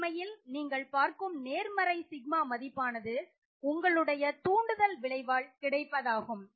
உண்மையில் நீங்கள் பார்க்கும் நேர்மறை σ மதிப்பானது உங்களுடைய தூண்டுதல் விளைவால் கிடைப்பதாகும்